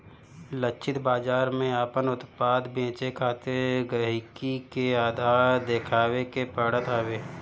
लक्षित बाजार में आपन उत्पाद बेचे खातिर गहकी के आधार देखावे के पड़त हवे